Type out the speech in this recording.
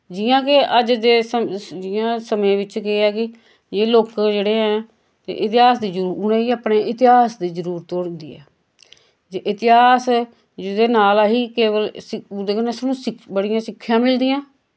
जियां के अज दे सम जियां समें विच केह् ऐ कि एह् लोक जेह्ड़े ऐं ते इतिहास दी जरू उनां गी अपने इतिहास दी जरूरत होंदी ऐ जे इतिहास जिदे नाल असी केई ब उदे कन्नै बड़ियां सिक्खेआं मिलदियां